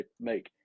make